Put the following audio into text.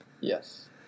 Yes